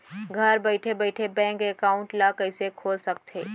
घर बइठे बइठे बैंक एकाउंट ल कइसे खोल सकथे?